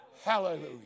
Hallelujah